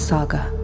Saga